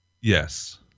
Yes